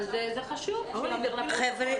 זה חשוב שייאמר לפרוטוקול.